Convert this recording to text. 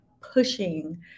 pushing